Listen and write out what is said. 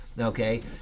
okay